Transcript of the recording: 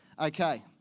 Okay